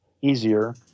easier